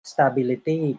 Stability